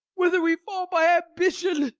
whether we fall by ambition,